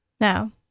now